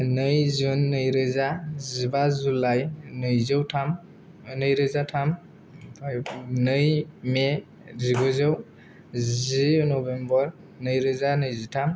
नै जुन नैरोजा जिबा जुलाइ नैजौथाम नैरोजा थाम नै मे जिगुजौ जि नबेम्बर नैरोजा नैजिथाम